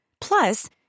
Plus